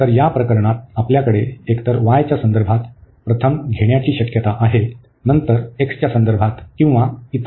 तर या प्रकरणात आमच्याकडे एकतर y च्या संदर्भात प्रथम घेण्याची शक्यता आहे नंतर x च्या संदर्भात किंवा इतर मार्गाने